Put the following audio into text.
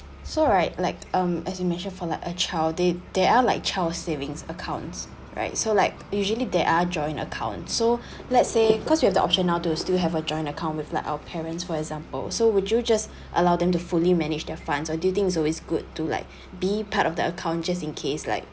so right like um as you mentioned for like a child they they are like childs savings accounts right so like usually there are joint account so let's say because you have the option now to still have a joint account with like our parents for example so would you just allow them to fully manage their funds or do you think it's always good to like be part of the account just in case like